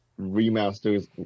remasters